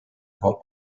about